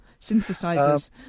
Synthesizers